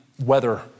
weather